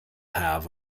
have